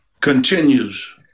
continues